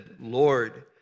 Lord